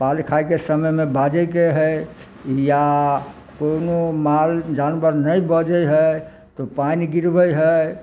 पाल खायके समयमे बाजैके हइ या कोनो माल जानबर नहि बाजै हइ तऽ पानि गिरबै हइ